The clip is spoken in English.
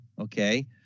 okay